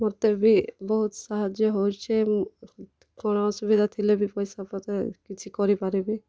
ମତେ ବି ବହୁତ୍ ସାହାଯ୍ୟ ହେଉଛେ କ'ଣ ଅସୁବିଧା ଥିଲେ ବି ପଇସାପତର୍ କିଛି କରିପାର୍ମି